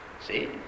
See